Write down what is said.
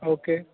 okay